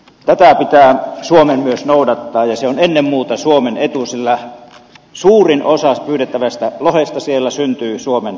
tätä pitää suomen myös noudattaa ja se on ennen muuta suomen etu sillä suurin osa pyydettävästä lohesta syntyy suomen joissa